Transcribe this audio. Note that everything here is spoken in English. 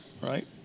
Right